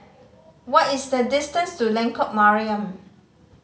what is the distance to Lengkok Mariam